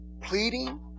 pleading